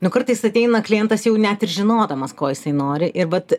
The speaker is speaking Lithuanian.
nu kartais ateina klientas jau net ir žinodamas ko jisai nori ir vat